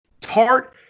Tart